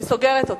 אני סוגרת אותה: